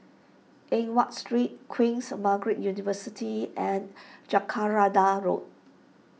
Eng Watt Street Queen Margaret University and Jacaranda Road